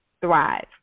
thrive